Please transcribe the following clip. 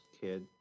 kid